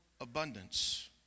abundance